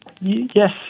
Yes